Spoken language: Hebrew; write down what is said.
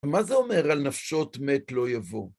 מה זה אומר על נפשות מת לא יבוא?